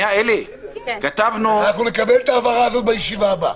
אנחנו נקבל את ההבהרה הזאת בישיבה הבאה.